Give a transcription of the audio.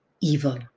evil